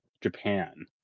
japan